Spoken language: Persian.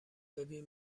ببین